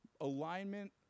Alignment